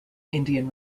indian